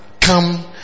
come